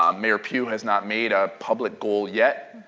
um mayor pugh has not made a public goal yet,